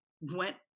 went